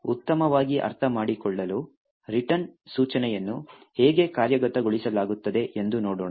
ಉತ್ತಮವಾಗಿ ಅರ್ಥಮಾಡಿಕೊಳ್ಳಲು ರಿಟರ್ನ್ ಸೂಚನೆಯನ್ನು ಹೇಗೆ ಕಾರ್ಯಗತಗೊಳಿಸಲಾಗುತ್ತದೆ ಎಂದು ನೋಡೋಣ